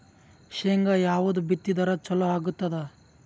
ಶೇಂಗಾ ಯಾವದ್ ಬಿತ್ತಿದರ ಚಲೋ ಆಗತದ?